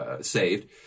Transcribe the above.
saved